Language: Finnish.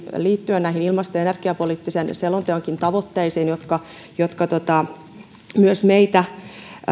liittyä näihin ilmasto ja energiapoliittisen selonteonkin tavoitteisiin jotka jotka myös meitä